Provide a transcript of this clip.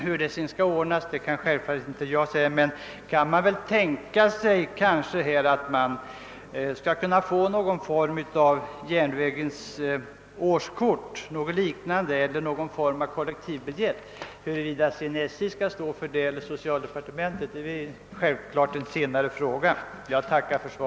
Hur det närmare skall utformas kan självfallet inte jag säga, men man kan väl tänka sig ett årskort på järnvägen eller någon sorts kollektiv biljett. Huruvida SJ skall stå för kostnaderna eller om socialdepartementet skall göra det blir ju en senare fråga.